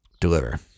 deliver